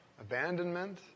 abandonment